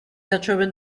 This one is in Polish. zaczęły